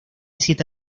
siete